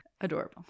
adorable